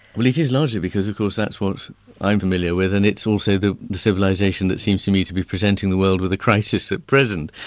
well it is largely because of course that's what i'm familiar with and it's also the the civilisation that seems to me to be presenting the world with a crisis at present.